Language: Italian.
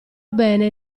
bene